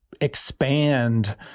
expand